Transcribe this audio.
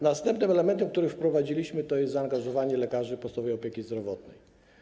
Następnym elementem, który wprowadziliśmy, jest zaangażowanie lekarzy podstawowej opieki zdrowotnej.